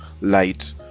light